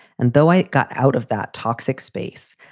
and though i got out of that toxic space,